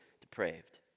depraved